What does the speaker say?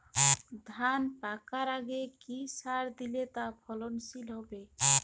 ধান পাকার আগে কি সার দিলে তা ফলনশীল হবে?